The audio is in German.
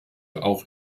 auch